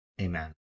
Amen